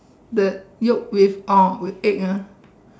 the Yolk with orh egg ah